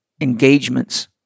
engagements